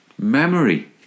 memory